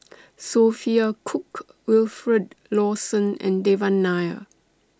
Sophia Cooke Wilfed Lawson and Devan Nair